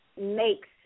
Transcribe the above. makes